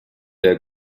der